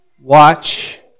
Watch